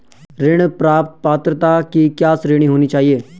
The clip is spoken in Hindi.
ऋण प्राप्त पात्रता की क्या श्रेणी होनी चाहिए?